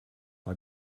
war